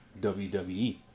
WWE